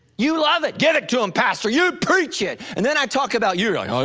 you love it get it to him pastor you preach it and then i talk about you're like, oh,